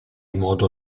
modo